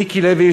מיקי לוי,